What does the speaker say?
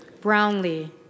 Brownlee